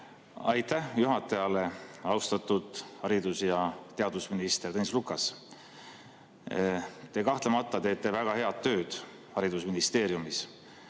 Aitäh juhatajale! Austatud haridus‑ ja teadusminister Tõnis Lukas! Te kahtlemata teete väga head tööd haridusministeeriumis.